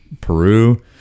Peru